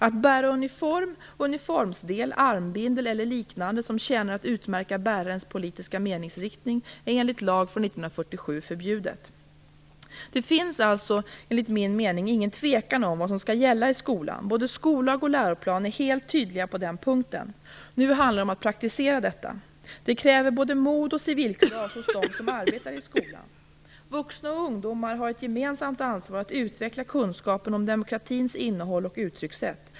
Att bära uniform, uniformsdel, armbindel eller liknande som tjänar att utmärka bärarens politiska meningsriktning är enligt en lag från 1947 förbjudet. Det finns alltså enligt min mening ingen tvekan om vad som skall gälla i skolan. Både skollag och läroplan är helt tydliga på den punkten. Nu handlar det om att praktisera detta. Det kräver både mod och civilkurage hos dem som arbetar i skolan. Vuxna och ungdomar har ett gemensamt ansvar att utveckla kunskapen om demokratins innehåll och uttryckssätt.